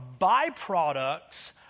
byproducts